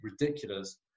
ridiculous